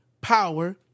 power